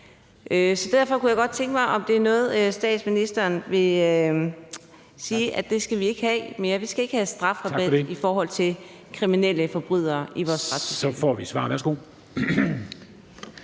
Så derfor kunne jeg godt tænke mig at høre, om det er noget, statsministeren vil sige at det skal vi ikke have mere. Vi skal ikke have en strafferabat for forbrydere i vores samfund. Kl.